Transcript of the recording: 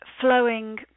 flowing